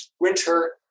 winter